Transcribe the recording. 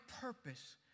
purpose